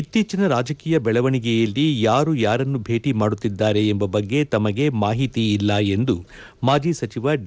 ಇತ್ತೀಚಿನ ರಾಜ್ಯ ರಾಜಕೀಯ ಬೆಳವಣಿಗೆಯಲ್ಲಿ ಯಾರು ಯಾರನ್ನು ಭೇಟಿ ಮಾಡುತ್ತಿದ್ದಾರೆ ಎಂಬ ಬಗ್ಗೆ ತಮಗೆ ಮಾಹಿತಿ ಇಲ್ಲ ಎಂದು ಮಾಜಿ ಸಚಿವ ಡಿ